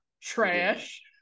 trash